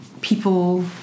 people